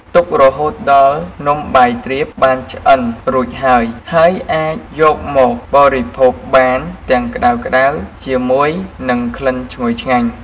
ទុករហូតដល់ នំបាយទ្រាបបានឆ្អិនរួចហើយ ហើយអាចយកមកបរិភោគបានទាំងក្តៅៗជាមួយនឹងក្លិនឈ្ងុយឆ្ងាញ់។